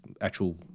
actual